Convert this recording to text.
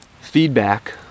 feedback